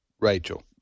Rachel